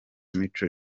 mico